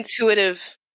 intuitive